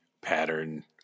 pattern